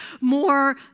more